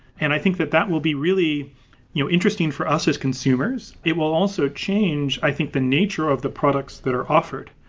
and i think that that will be really you know interesting for us as consumers. it will also change, i think, the nature of the products that are offered.